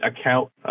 account